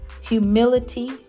humility